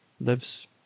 lives